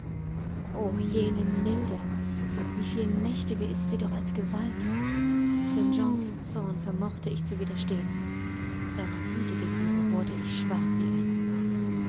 jene milde wieviel mächtiger ist sie doch als gewalt st johns zorn vermochte ich zu widerstehen seiner güte gegenüber wurde ich schwach wie ein rohr